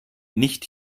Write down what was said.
nicht